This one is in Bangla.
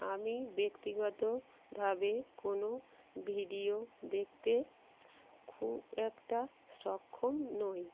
আমি ব্যক্তিগত ভাবে কোনো ভিডিও দেখতে খুব একটা সক্ষম নই